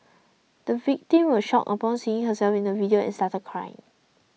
the victim was shocked upon seeing herself in the video and started crying